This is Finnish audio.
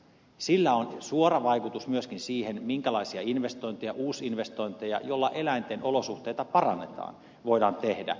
sillä on suora vaikutus myöskin siihen minkälaisia investointeja uusinvestointeja joilla eläinten olosuhteita parannetaan voidaan tehdä